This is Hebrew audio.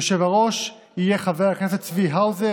היושב-ראש יהיה חבר הכנסת צבי האוזר,